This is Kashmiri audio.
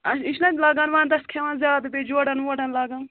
آ یہِ چھُنَہ لَگان ونٛدس کھیٚوان زیادٕ بیٚیہِ جوڈن ووڈن لَگان